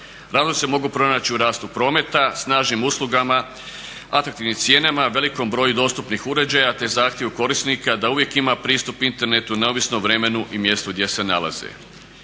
Radovi se mogu pronaći u rastu prometa, snažnim uslugama, atraktivnim cijenama, velikom broju dostupnih uređaja te zahtjevu korisnika da uvijek ima pristup internetu neovisno o vremenu i mjestu gdje se nalaze.